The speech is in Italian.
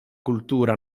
cultura